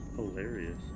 Hilarious